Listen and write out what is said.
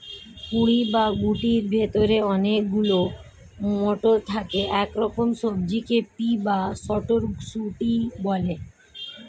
কুঁড়ি বা শুঁটির ভেতরে অনেক গুলো মটর থাকে এরকম সবজিকে পি বা মটরশুঁটি বলে